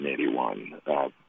1981